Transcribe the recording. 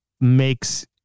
makes